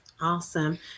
Awesome